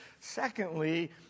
Secondly